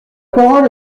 parole